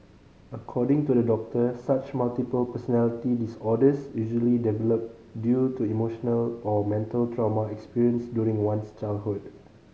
according to the doctor such multiple personality disorders usually develop due to emotional or mental trauma experienced during one's childhood